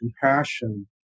compassion